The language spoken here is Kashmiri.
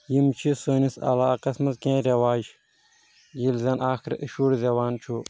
یِم چھِ سٲنِس علاقس منٛز کینٛہہ رٮ۪واج ییٚلہِ زَن اکھ شُر زٮ۪وان چھُ